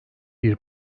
bir